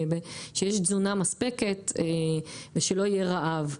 שיש תזונה מספקת ושלא יהיה רעב,